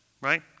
right